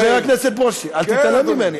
חבר הכנסת ברושי, כן, אדוני.